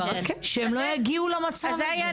כדי שהן לא יגיעו למצב הזה.